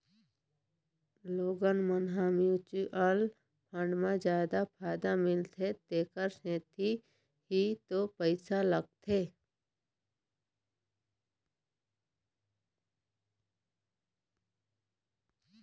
लोगन मन ह म्युचुअल फंड म जादा फायदा मिलथे तेखर सेती ही तो पइसा लगाथे